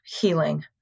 healing